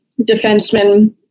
defenseman